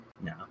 No